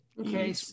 okay